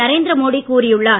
நரேந்திர மோடி கூறியுள்ளார்